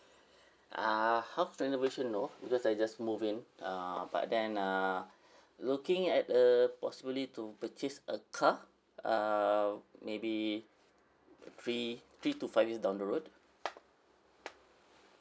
uh house renovation no because I just move in uh but then uh looking at a possibility to purchase a car uh maybe three three to five years down the road